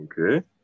okay